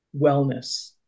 wellness